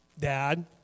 Dad